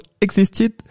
existed